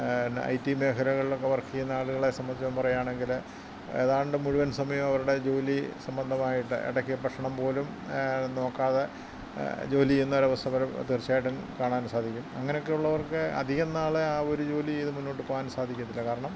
I T മേഖലകളിലൊക്കെ work ചെയുന്ന ആളുകളെ സംബന്ധിച്ചു പറയുകയാണെങ്കിൽ ഏതാണ്ട് മുഴുവൻ സമയം അവരുടെ ജോലി സംബന്ധമായിട്ട് ഇടക്ക് ഭക്ഷണം പോലും നോക്കാതെ ജോലി ചെയുന്ന ഒരു അവസ്ഥ വരുമ്പോൾ തീർച്ചയായിട്ടും കാണാൻ സാധിക്കും അങ്ങനെയൊക്കെയുള്ളവർക്ക് അധികം നാൾ ആ ഒരു ജോലി ചെയ്ത് മുൻപോട്ടു പോകാൻ സാധിക്കത്തില്ല കാരണം